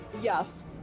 yes